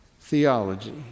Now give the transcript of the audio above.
theology